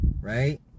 right